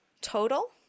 total